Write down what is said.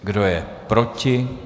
Kdo je proti?